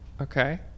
Okay